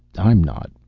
i'm not.